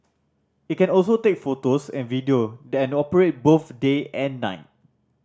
it can also take photos and video than operate both day and night